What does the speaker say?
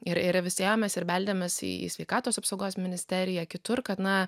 ir ir vis ėjom mes ir beldėmės į sveikatos apsaugos ministeriją kitur kad na